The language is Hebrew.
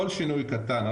כל שינוי קטן,